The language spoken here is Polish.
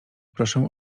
proszę